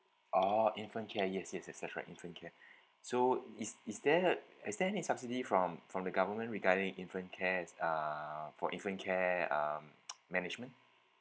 oh infant care yes yes yes that's right infant care so is is there a is there any subsidy from from the government regarding infant cares uh for infant care um management